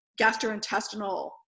gastrointestinal